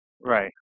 Right